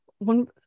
one